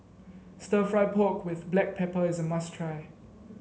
stir fry pork with Black Pepper is a must try